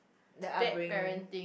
the upbringing